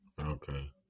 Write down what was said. Okay